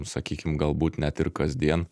sakykim galbūt net ir kasdien